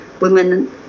Women